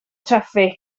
traffig